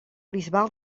bisbal